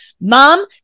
Mom